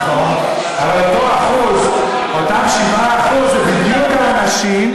7%. אבל אותם 7% זה בדיוק האנשים,